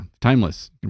Timeless